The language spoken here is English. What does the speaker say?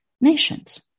nations